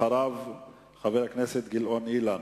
אחריו, חבר הכנסת אילן גילאון.